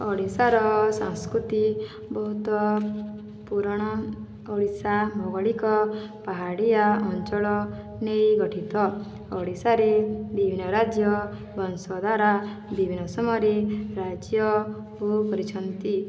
ଓଡ଼ିଶାର ସଂସ୍କୃତି ବହୁତ ପୁରୁଣା ଓଡ଼ିଶା ଭୌଗଳିକ ପାହାଡ଼ିଆ ଅଞ୍ଚଳ ନେଇ ଗଠିତ ଓଡ଼ିଶାରେ ବିଭିନ୍ନ ରାଜ୍ୟ ବଂଶଦ୍ୱାରା ବିଭିନ୍ନ ସମୟରେ ରାଜ୍ୟକୁ କରିଛନ୍ତି